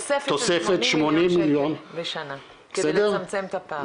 תוספת 80 מיליון שקל בשנה כדי לצמצם את הפערים.